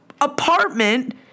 apartment